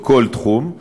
בכל תחום,